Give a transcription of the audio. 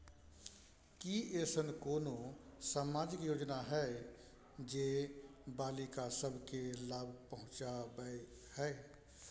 की ऐसन कोनो सामाजिक योजना हय जे बालिका सब के लाभ पहुँचाबय हय?